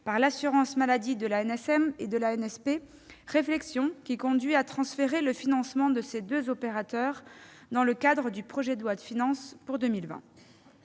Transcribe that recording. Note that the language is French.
par l'assurance maladie de l'ANSM et de l'ANSP, ce qui nous amène à transférer le financement de ces deux opérateurs dans le cadre du projet de loi de finances pour 2020.